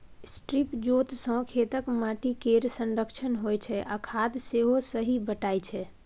strip जोत सँ खेतक माटि केर संरक्षण होइ छै आ खाद सेहो सही बटाइ छै